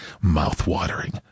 Mouth-watering